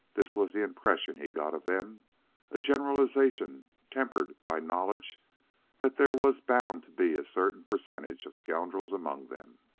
this was the impression he got of them a generalization tempered by knowledge that there was bound to be a certain percentage of scoundrels among them.